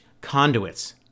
Conduits